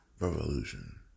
revolution